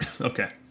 Okay